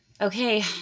Okay